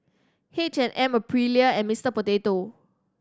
H and M Aprilia and Mister Potato